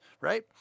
right